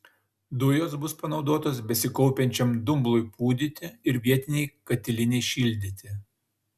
dujos bus panaudotos besikaupiančiam dumblui pūdyti ir vietinei katilinei šildyti